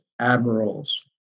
admirals